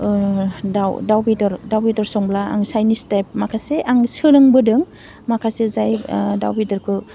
दाव दाव बेदर दाव बेदर संब्ला आं चाइनिस टाइप माखासे आं सोलोंबोदो माखासे जाय दाव बेदरखौ